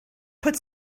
put